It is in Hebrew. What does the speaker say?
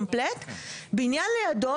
קומפלט ובניין לידו,